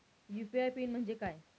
UPI PIN म्हणजे काय?